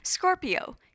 Scorpio